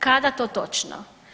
Kada to točno?